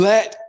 Let